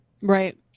Right